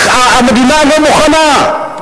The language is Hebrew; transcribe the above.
המדינה לא מוכנה.